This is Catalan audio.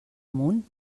amunt